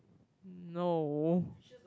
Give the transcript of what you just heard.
no